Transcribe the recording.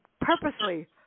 purposely